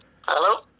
Hello